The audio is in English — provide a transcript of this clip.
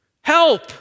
Help